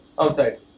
Outside